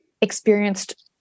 experienced